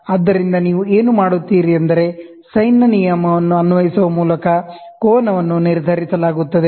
ಆದ್ದರಿಂದ ನೀವು ಏನು ಮಾಡುತ್ತೀರಿ ಎಂದರೆ ಸರಳ ನಿಯಮವನ್ನು ಅನ್ವಯಿಸುವ ಮೂಲಕ ಕೋನವನ್ನು ನಿರ್ಧರಿಸಲಾಗುತ್ತದೆ